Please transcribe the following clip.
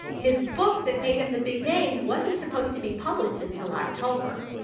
his book that made him the big name wasn't supposed to be published until october,